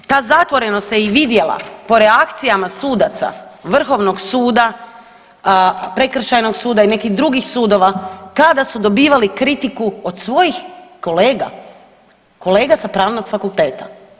Ta zatvorenost se i vidjela po reakcijama sudaca vrhovnog suda, prekršajnog suda i nekih drugih sudova kada su dobivali kritiku od svojih kolega, kolega sa pravnog fakulteta.